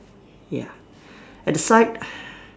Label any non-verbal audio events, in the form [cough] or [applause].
ya at the side [breath]